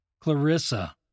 Clarissa